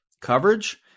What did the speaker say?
coverage